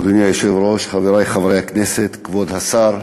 אדוני היושב-ראש, חברי חברי הכנסת, כבוד השר,